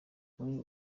muri